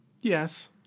Yes